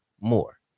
more